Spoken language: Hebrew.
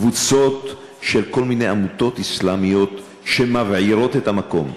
קבוצות של כל מיני עמותות אסלאמיות שמבעירות את המקום.